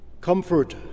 Comfort